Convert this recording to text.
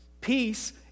Peace